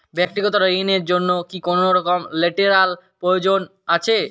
ব্যাক্তিগত ঋণ র জন্য কি কোনরকম লেটেরাল প্রয়োজন আছে?